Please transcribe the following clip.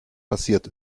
passiert